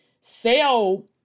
sell